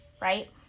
right